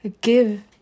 give